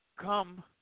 come